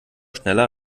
schneller